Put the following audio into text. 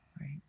right